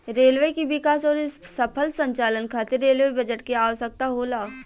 railway के विकास अउरी सफल संचालन खातिर रेलवे बजट के आवसकता होला